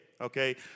Okay